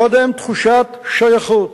קודם תחושת שייכות,